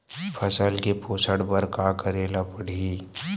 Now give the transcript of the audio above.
फसल के पोषण बर का करेला पढ़ही?